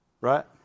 Right